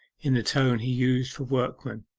in the tone he used for workmen,